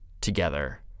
together